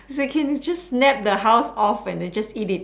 so can you just nap the house off and then just eat it